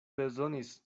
bezonis